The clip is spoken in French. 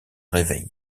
réveil